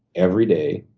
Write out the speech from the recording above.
every day,